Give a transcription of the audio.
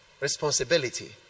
Responsibility